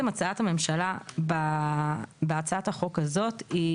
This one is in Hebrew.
הצעת הממשלה בהצעת החוק הזאת היא